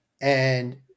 And-